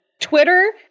Twitter